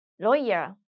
lawyer